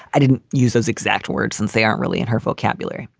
i didn't use those exact words since they aren't really in her vocabulary.